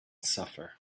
suffer